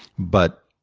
but